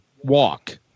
walk